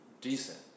decent